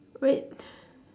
wait